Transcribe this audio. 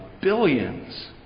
billions